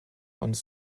uns